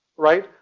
right,